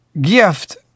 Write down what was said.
gift